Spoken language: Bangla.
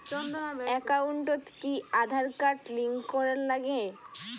একাউন্টত কি আঁধার কার্ড লিংক করের নাগে?